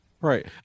Right